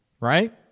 right